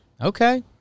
Okay